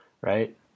right